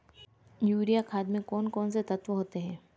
Urea खाद में कौन कौन से तत्व होते हैं?